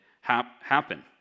happen